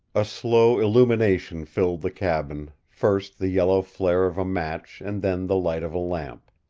a slow illumination filled the cabin, first the yellow flare of a match and then the light of a lamp,